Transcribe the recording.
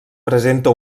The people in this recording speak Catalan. presenta